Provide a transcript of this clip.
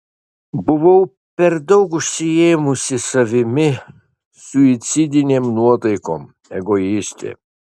buvau per daug užsiėmusi savimi suicidinėm nuotaikom egoistė